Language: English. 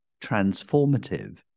transformative